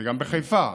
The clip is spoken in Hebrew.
וגם בחיפה,